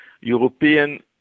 European